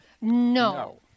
No